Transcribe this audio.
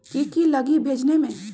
की की लगी भेजने में?